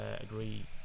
agree